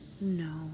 no